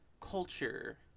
culture